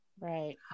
Right